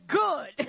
good